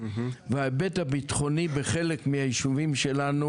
וההיבט הביטחוני בחלק מהיישובים שלנו